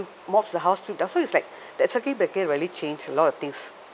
mops the house sweep the house so it's like that circuit breaker really changed a lot of things